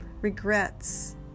regrets